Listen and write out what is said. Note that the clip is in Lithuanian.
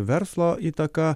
verslo įtaka